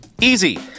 Easy